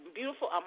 beautiful